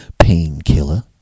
painkiller